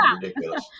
ridiculous